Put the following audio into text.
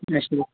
اچھا